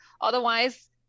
Otherwise